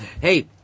hey